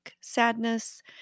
sadness